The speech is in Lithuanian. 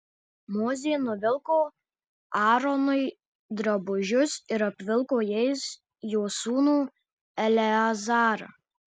mozė nuvilko aaronui drabužius ir apvilko jais jo sūnų eleazarą